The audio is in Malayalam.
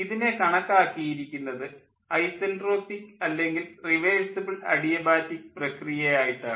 ഇതിനെ കണക്കാക്കിയിരിക്കുന്നത് ഐസെൻട്രോപ്പിക് അല്ലെങ്കിൽ റിവേഴ്സ്സിബിൾ അഡിയബാറ്റിക് പ്രക്രിയ ആയിട്ടാണ്